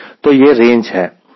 तो यह रेंज है